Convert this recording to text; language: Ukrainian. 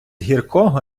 гіркого